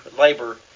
labor